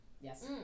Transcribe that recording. Yes